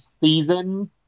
season